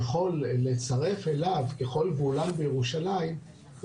ככל שהוא לן בירושלים,